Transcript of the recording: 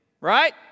right